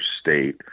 state